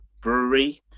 Brewery